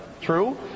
True